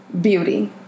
beauty